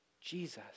Jesus